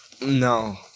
No